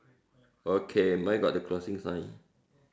okay mine got the crossing sign